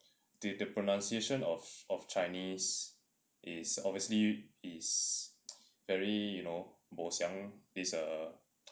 is the pronunciation of of chinese is obviously is very you know bo siang is err